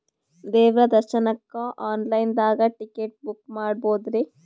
ದೇವ್ರ ದರ್ಶನಕ್ಕ online ದಾಗ ಟಿಕೆಟ ಬುಕ್ಕ ಮಾಡ್ಬೊದ್ರಿ?